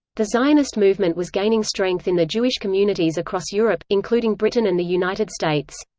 the zionist movement was gaining strength in the jewish communities across europe, including britain and the united states.